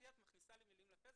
גבירתי, את מכניסה לי מילים לפה.